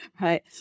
right